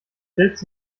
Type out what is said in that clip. selbst